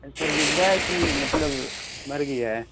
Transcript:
तो सर ज़िंदा है कि मतलब मर गई है